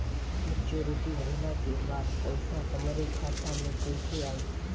Maturity भईला के बाद पईसा हमरे खाता में कइसे आई?